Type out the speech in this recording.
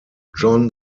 john